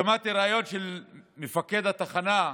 שמעתי ריאיון של מפקד התחנה,